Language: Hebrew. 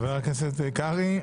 חבר הכנסת קרעי,